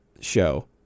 show